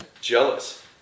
jealous